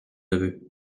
neveu